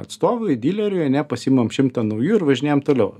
atstovui dyleriui ane pasiimam šimtą naujų ir važinėjam toliau